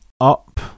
Up